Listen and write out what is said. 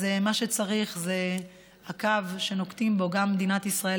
מה שצריך זה הקו שנוקטות גם מדינת ישראל